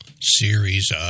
series